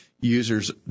users